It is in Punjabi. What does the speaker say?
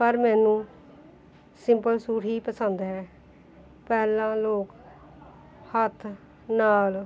ਪਰ ਮੈਨੂੰ ਸਿੰਪਲ ਸੂਟ ਹੀ ਪਸੰਦ ਹੈ ਪਹਿਲਾਂ ਲੋਕ ਹੱਥ ਨਾਲ